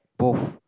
both